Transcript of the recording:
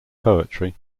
poetry